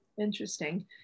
interesting